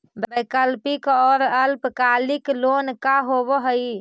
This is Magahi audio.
वैकल्पिक और अल्पकालिक लोन का होव हइ?